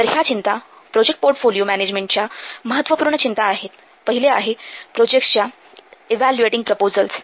तर ह्या चिंता प्रोजेक्ट पोर्टफोलिओ मॅनॅजमेन्टच्या महत्वपूर्ण चिंता आहेत पहिले आहे प्रोजेक्ट्सच्या इव्हॅल्युएटिंग प्रपोझल्स